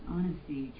Honesty